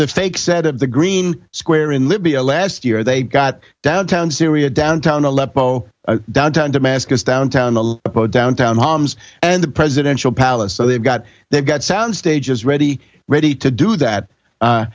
the fake set of the green square in libya last year they got downtown syria downtown aleppo downtown damascus downtown the downtown homs and the presidential palace so they've got they've got sound stages ready ready to do that